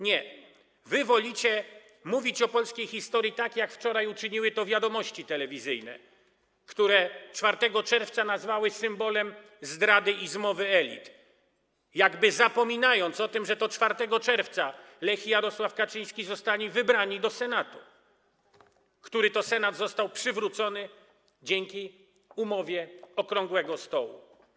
Nie, wy wolicie mówić o polskiej historii, tak jak wczoraj uczyniły to telewizyjne „Wiadomości”, które 4 czerwca nazwały symbolem zdrady i zmowy elit, jakby zapominając o tym, że to 4 czerwca Lech i Jarosław Kaczyńscy zostali wybrani do Senatu, który to Senat został przywrócony dzięki umowie okrągłego stołu.